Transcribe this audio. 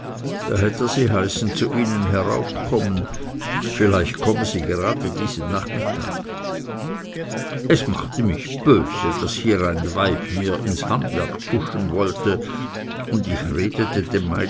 da hätte er sie heißen zu ihnen hinaufkommen vielleicht komme sie gerade diesen nachmittag es machte mich böse daß hier ein weib mir ins handwerk pfuschen wollte und ich redete dem